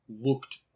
looked